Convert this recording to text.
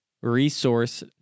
resource